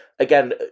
Again